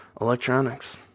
electronics